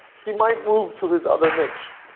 he might move to his other niche.